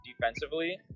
defensively